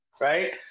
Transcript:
right